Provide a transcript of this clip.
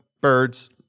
birds